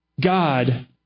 God